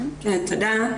תודה.